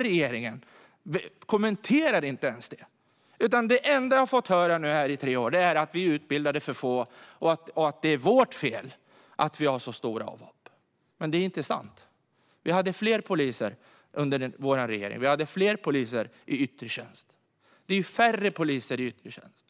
Regeringen kommenterar inte ens detta. Det enda jag har fått höra i tre år är att vi utbildade för få och att det är vårt fel att avhoppen är så stora. Det är inte sant. Vi hade fler poliser under vår regering, och vi hade fler poliser i yttre tjänst. Det är färre poliser i yttre tjänst